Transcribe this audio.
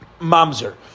mamzer